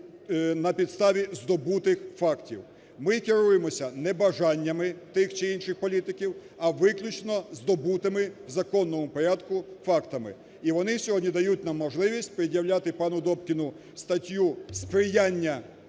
на підставі здобутих фактів. Ми керуємося не бажаннями тих чи інших політиків, а виключно здобутими в законному порядку фактами. І вони сьогодні дають нам можливість пред'являти пану Добкіну статтю "Сприяння